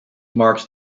marks